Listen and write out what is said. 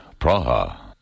Praha